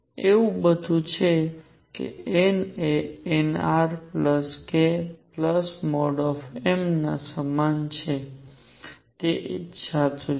એવું બધું કે n એ nr k |m| ના સમાન છે એ જ સાચું છે